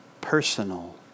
personal